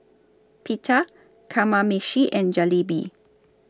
Pita Kamameshi and Jalebi